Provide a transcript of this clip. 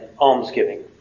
almsgiving